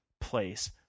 place